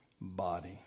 body